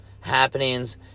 happenings